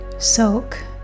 Soak